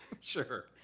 sure